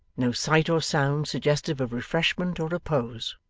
no sight or sound suggestive of refreshment or repose,